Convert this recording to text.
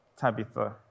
Tabitha